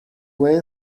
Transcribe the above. way